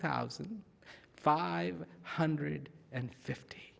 thousand five hundred and fifty